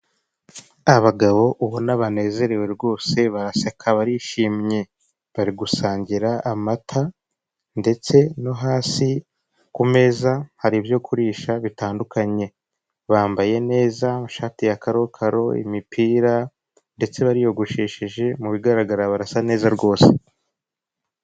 Abagabo ubona banezerewe rwose baraseka barishimye bari gusangira amata ndetse no hasi ku meza hari ibyo kurisha bitandukanye, bambaye neza ishati ya karokaro imipira ndetse bariyogosheje mu bigaragara barasa neza rwose.